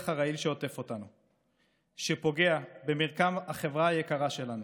הרעיל שעוטף אותנו ופוגע במרקם החברה היקרה שלנו,